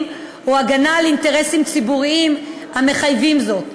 או לשם הגנה על אינטרסים ציבוריים המחייבים זאת.